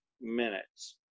minutes